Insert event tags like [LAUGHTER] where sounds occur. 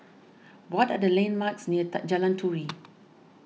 what are the landmarks near [UNINTELLIGIBLE] Jalan Turi